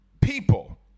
people